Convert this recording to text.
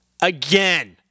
again